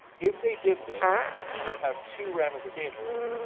if they did this, it would have two ramifications.